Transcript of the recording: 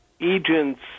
agents